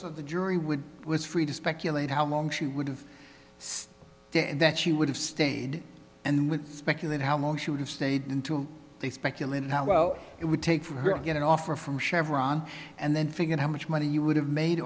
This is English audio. so the jury would was free to speculate how long she would say that she would have stayed and we speculate how long she would have stayed until they speculated how well it would take for her to get an offer from chevron and then figure out how much money you would have made